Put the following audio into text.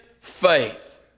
Faith